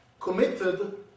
committed